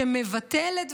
שמבטלת דברים,